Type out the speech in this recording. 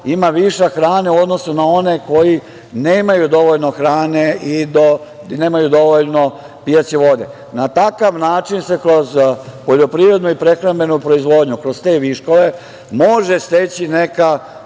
ima višak hrane u odnosu na one koji nemaju dovoljno hrane i nemaju dovoljno pijaće vode. Na takav način se kroz poljoprivrednu i prehrambenu proizvodnju, kroz te viškove, može steći neka